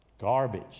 garbage